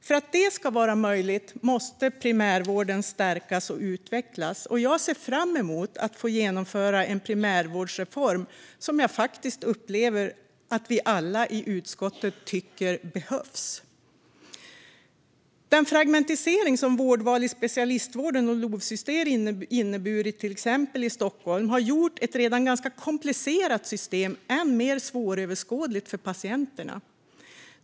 För att det ska vara möjligt måste primärvården stärkas och utvecklas. Jag ser fram emot att få genomföra en primärvårdsreform, som jag faktiskt upplever att alla i utskottet tycker behövs. Den fragmentisering som vårdval i specialistvården och LOV inneburit i till exempel Stockholm har gjort ett redan komplicerat system än mer svåröverskådligt för patienterna.